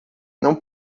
não